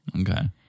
Okay